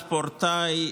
ספורטאי?